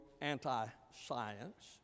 anti-science